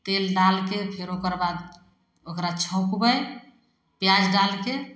तेल डालिके फेर ओकर बाद ओकरा छौँकबै पिआज डालिके